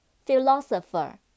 philosopher